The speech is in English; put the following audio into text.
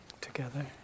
together